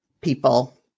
people